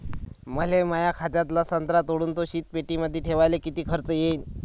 मले माया शेतातला संत्रा तोडून तो शीतपेटीमंदी ठेवायले किती खर्च येईन?